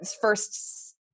first